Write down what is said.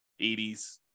80s